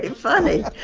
and funny